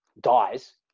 dies